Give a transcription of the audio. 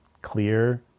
clear